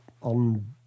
on